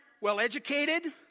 well-educated